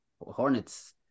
Hornets